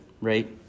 right